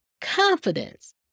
confidence